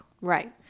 Right